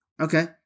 Okay